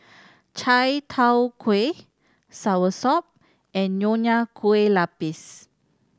chai tow kway soursop and Nonya Kueh Lapis